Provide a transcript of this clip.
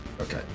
Okay